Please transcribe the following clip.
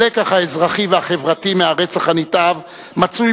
הלקח האזרחי והחברתי מהרצח הנתעב מצוי